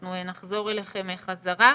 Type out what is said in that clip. אנחנו נחזור אליכם חזרה.